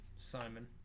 Simon